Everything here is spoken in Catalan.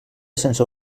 sense